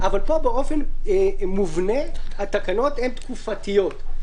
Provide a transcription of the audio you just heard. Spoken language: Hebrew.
אבל פה באופן מובנה התקנות הן תקופתיות.